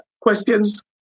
Questions